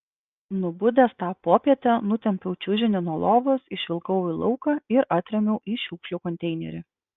nubudęs tą popietę nutempiau čiužinį nuo lovos išvilkau į lauką ir atrėmiau į šiukšlių konteinerį